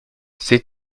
sais